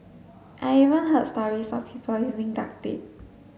I even heard stories of people using duct tape